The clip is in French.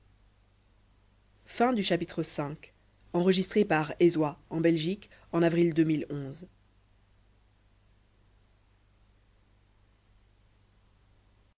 en coeur de